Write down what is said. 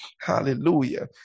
Hallelujah